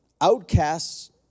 outcasts